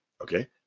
okay